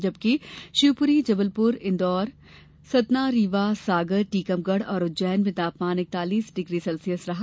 जबकि शिवपुरी जबलपुर ग्वालियर सतनारीवा इंदौर सागर टीकमगढ और उज्जैन में तापमान इकतालीस डिग्री सेल्सियस रहा